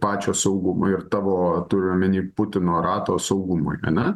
pačio saugumui ir tavo turiu omeny putino rato saugumui ane